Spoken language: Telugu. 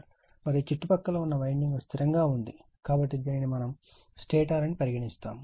మరియు చుట్టుపక్కల ఉన్న వైండింగ్ స్థిరంగా ఉంది కాబట్టి మనము దీనిని స్టేటర్ అని పరిగణిస్తాము